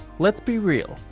let's be real,